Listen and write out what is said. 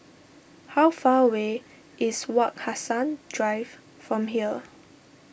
how far away is Wak Hassan Drive from here